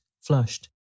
flushed